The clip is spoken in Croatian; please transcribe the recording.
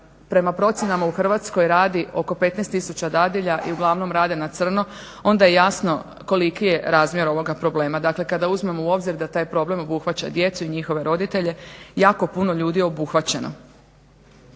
prema procjenama u Hrvatskoj radi oko 15000 dadilja i uglavnom rade na crno onda je jasno koliki je razmjer ovoga problema. Dakle, kada uzmemo u obzir da taj problem obuhvaća djecu i njihove roditelje jako puno ljudi je obuhvaćeno.